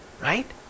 right